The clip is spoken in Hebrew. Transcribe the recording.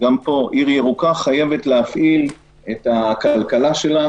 ולא מבינים את זה.